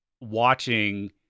watching